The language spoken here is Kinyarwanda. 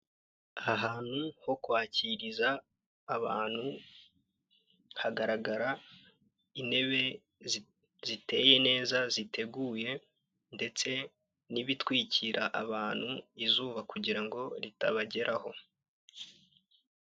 Aha hantu ho kwakirira abantu, hagaragara intebe ziteye neza, ziteguye ndetse n'ibitwikira abantu izuba, kugira ngo ritabageraho.